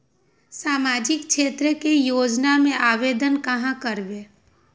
सामाजिक क्षेत्र के योजना में आवेदन कहाँ करवे?